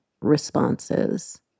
responses